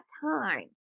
time